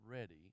ready